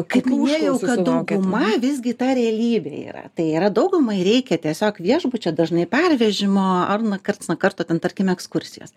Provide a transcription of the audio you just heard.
kaip minėjau kad dauguma visgi ta realybė yra tai yra daugumai reikia tiesiog viešbučio dažnai pervežimo ar na karts nuo karto ten tarkim ekskursijos